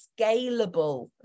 scalable